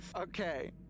Okay